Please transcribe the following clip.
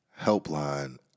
Helpline